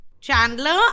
Chandler